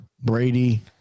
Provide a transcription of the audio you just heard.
Brady